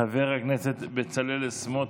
חבר הכנסת בצלאל סמוטריץ'